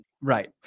Right